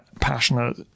passionate